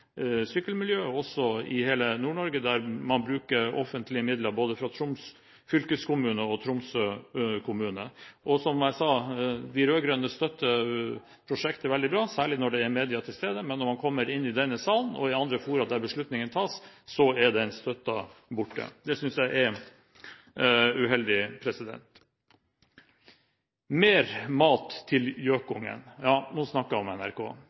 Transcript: sykkelmiljøet og i hele Nord-Norge, der man bruker offentlige midler både fra Troms fylkeskommune og fra Tromsø kommune. Som jeg sa, de rød-grønne støtter prosjekter veldig bra, særlig når det er media til stede, men når man kommer inn i denne salen og i andre fora der beslutninger tas, er den støtten borte. Det synes jeg er uheldig. «Mer mat til gjøkungen» – ja, nå snakker jeg om NRK.